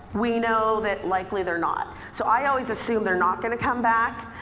we know that likely they're not. so i always assume they're not gonna come back.